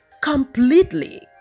completely